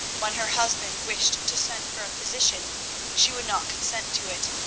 when her husband wished to send for a physician she would not consent to it,